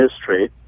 history